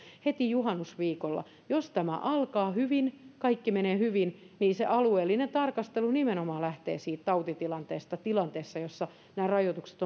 heti juhannusviikolla jos tämä alkaa hyvin kaikki menee hyvin niin se alueellinen tarkastelu nimenomaan lähtee siitä tautitilanteesta tilanteessa jossa nämä rajoitukset